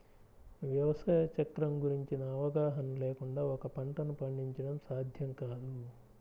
వ్యవసాయ చక్రం గురించిన అవగాహన లేకుండా ఒక పంటను పండించడం సాధ్యం కాదు